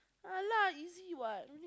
ah lah easy what